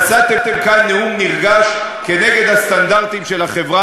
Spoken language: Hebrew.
נשאתם כאן נאום נרגש כנגד הסטנדרטים של החברה